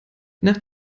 nach